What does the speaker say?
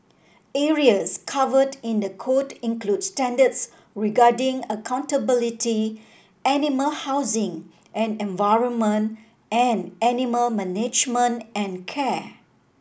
areas covered in the code include standards regarding accountability animal housing and environment and animal management and care